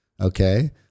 okay